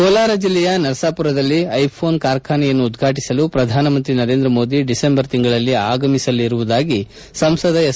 ಕೋಲಾರ ಜಲ್ಲೆಯ ನರಸಾಪುರದಲ್ಲಿ ಐಫೋನ್ ಕಾರ್ಖಾನೆಯನ್ನು ಉದ್ವಾಟಿಸಲು ಶ್ರಧಾನಮಂತ್ರಿ ನರೇಂದ್ರ ಮೋದಿ ಡಿಸೆಂಬರ್ ತಿಂಗಳಲ್ಲಿ ಆಗಮಿಸಲಿರುವುದಾಗಿ ಸಂಸದ ಎಸ್